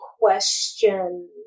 question